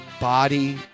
body